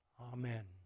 Amen